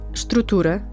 estrutura